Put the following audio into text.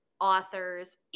authors